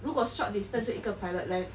如果 short distance 就一个 pilot land